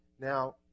Now